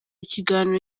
kiganiro